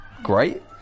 great